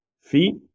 feet